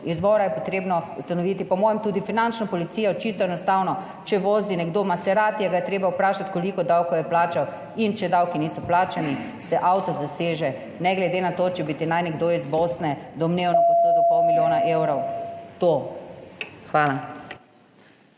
izvora je potrebno ustanoviti, po mojem tudi finančno policijo, čisto enostavno, če vozi nekdo Maseratija, ga je treba vprašati koliko davkov je plačal in če davki niso plačani, se avto zaseže, ne glede na to, če bi ti naj nekdo iz Bosne domnevno posodil pol milijona evrov. To. Hvala.